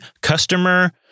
customer